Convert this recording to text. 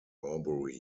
horbury